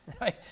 right